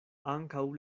ankaŭ